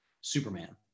Superman